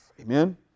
Amen